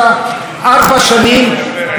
לא על אשקלון ולא על אשדוד.